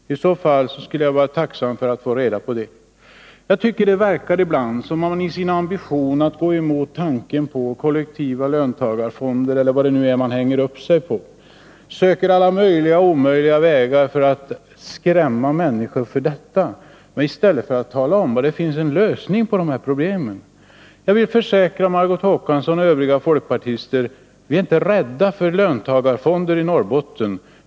I så fall skulle jag vara tacksam för att få reda på det. Jag tycker det ibland verkar som om man i sin ambition att gå emot kollektiva löntagarfonder — eller vad det nu är man hänger upp sig på — söker alla möjliga och omöjliga vägar för att skrämma människor för dessa, i stället för att tala om var det finns en lösning på problemen. Jag vill försäkra Margot Håkansson och övriga folkpartister: Vi är inte rädda för löntagarfonder i Norrbotten.